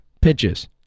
pitches